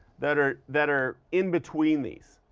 that are that are in between these,